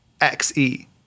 XE